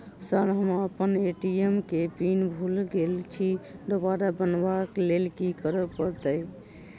Sir हम अप्पन ATM केँ पिन भूल गेल छी दोबारा बनाब लैल की करऽ परतै?